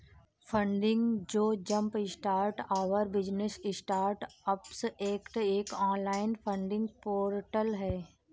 funding जो jumpstart our business startups act एक online funding portal है